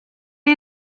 est